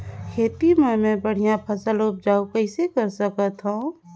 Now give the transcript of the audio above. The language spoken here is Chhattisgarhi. खेती म मै बढ़िया फसल उपजाऊ कइसे कर सकत थव?